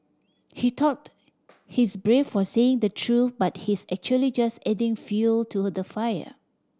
he thought he's brave for saying the truth but he's actually just adding fuel to the fire